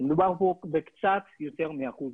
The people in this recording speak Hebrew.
מדובר פה בקצת יותר מ-1%.